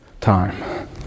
time